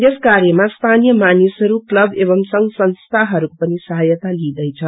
यस कार्यमा स्थानीय मानिसहरू क्लब एवं संघ संसीहरूको पनि सहायाता लिईन्दैछ